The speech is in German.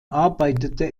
arbeitete